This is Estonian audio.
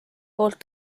poolt